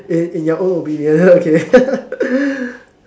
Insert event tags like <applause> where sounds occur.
in in your own opinion okay <laughs>